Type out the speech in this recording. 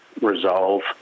resolve